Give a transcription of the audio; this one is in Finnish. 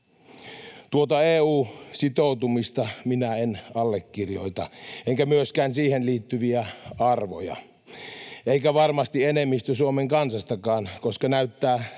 Tuota EU-sitoutumista minä en allekirjoita enkä myöskään siihen liittyviä arvoja — eikä varmasti enemmistö Suomen kansastakaan, koska näyttää